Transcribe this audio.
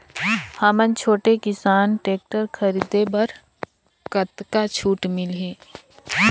हमन छोटे किसान टेक्टर खरीदे बर कतका छूट मिलही?